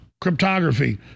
cryptography